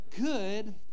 Good